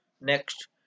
Next